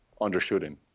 undershooting